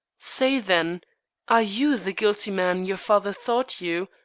say, then are you the guilty man your father thought you,